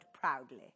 proudly